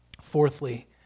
Fourthly